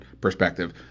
perspective